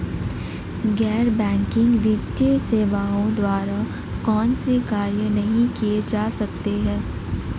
गैर बैंकिंग वित्तीय सेवाओं द्वारा कौनसे कार्य नहीं किए जा सकते हैं?